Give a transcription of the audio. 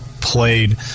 played